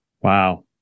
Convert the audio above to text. Wow